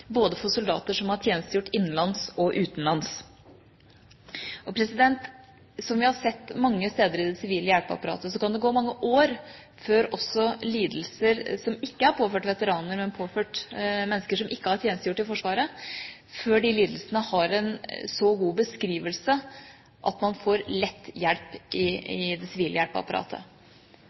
både for soldater som har tjenestegjort innenlands, og for soldater som har tjenestegjort utenlands. Som vi har sett mange steder i det sivile hjelpeapparatet, kan det gå mange år før lidelser som ikke er påført veteraner, men som er påført mennesker som ikke har tjenestegjort i Forsvaret, har en så god beskrivelse at man lett får hjelp i det sivile hjelpeapparatet.